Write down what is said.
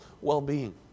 well-being